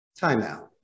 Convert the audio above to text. timeout